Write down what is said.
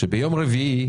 ביום רביעי,